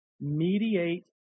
mediate